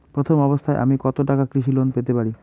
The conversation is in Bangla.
প্রথম অবস্থায় আমি কত টাকা কৃষি লোন পেতে পারি?